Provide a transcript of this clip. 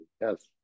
yes